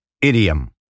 Idiom